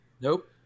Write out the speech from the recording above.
nope